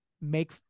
make